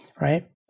right